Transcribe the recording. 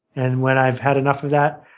and when i've had enough of that,